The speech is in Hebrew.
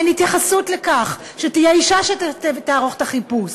אין התייחסות לכך שתהיה אישה שתערוך את החיפוש,